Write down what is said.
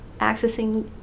accessing